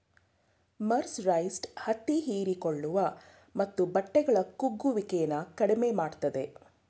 mercerised ಹತ್ತಿ ಹೀರಿಕೊಳ್ಳುವ ಮತ್ತು ಬಟ್ಟೆಗಳ ಕುಗ್ಗುವಿಕೆನ ಕಡಿಮೆ ಮಾಡ್ತದೆ